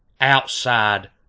outside